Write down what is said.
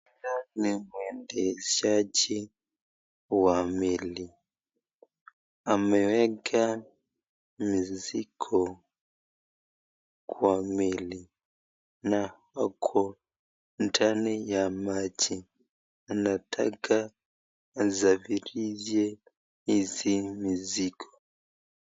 Ni mwendeshaji wa meli. Ameweka mizigo kwa meli na ako ndani ya maji anataka asafirishe hizi mizigo.